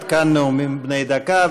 עד כאן נאומים בני דקה.